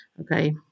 Okay